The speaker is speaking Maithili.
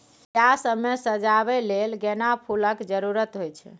बियाह सब मे सजाबै लेल गेना फुलक जरुरत होइ छै